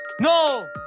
No